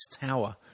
tower